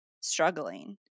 struggling